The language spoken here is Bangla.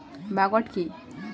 ম্যাগট কি?